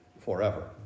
forever